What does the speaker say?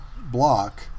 block